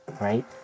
right